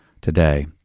today